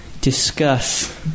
discuss